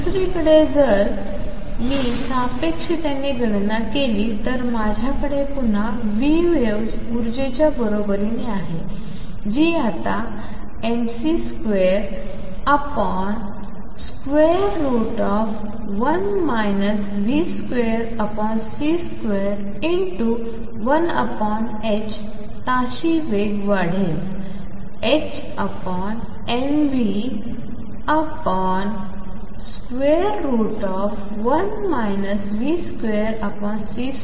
दुसरीकडे जर मी सापेक्षतेने गणना केली तर माझ्याकडे पुन्हा v waves उर्जेच्या बरोबरीने आहे जी आता mc21 v2c21h ताशी गती वाढेलhmv 1 v2c2 आहे